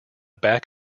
back